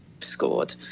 scored